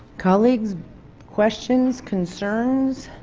colleagues questions, concerns?